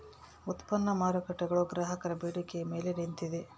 ಉತ್ಪನ್ನ ಮಾರ್ಕೇಟ್ಗುಳು ಗ್ರಾಹಕರ ಬೇಡಿಕೆಯ ಮೇಲೆ ನಿಂತಿದ